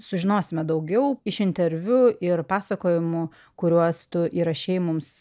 sužinosime daugiau iš interviu ir pasakojimų kuriuos tu įrašei mums